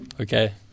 Okay